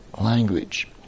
language